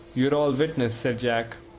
you're all witness, said jack,